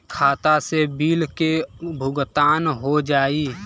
खाता से बिल के भुगतान हो जाई?